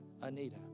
Anita